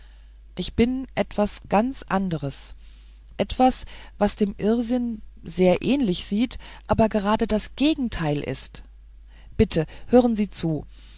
ich bin etwas ganz anderes etwas was dem irrsinn sehr ähnlich sieht aber gerade das gegenteil ist bitte hören sie zu